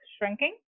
shrinking